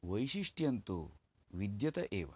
वैशिष्ट्यं तु विद्यत एव